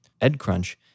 EdCrunch